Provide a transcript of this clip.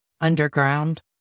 underground